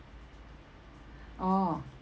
orh